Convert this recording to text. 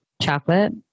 Chocolate